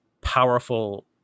powerful